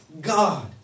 God